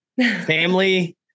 Family